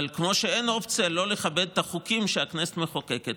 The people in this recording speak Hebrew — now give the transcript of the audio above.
אבל כמו שאין אופציה לא לכבד את החוקים שהכנסת מחוקקת,